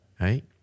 right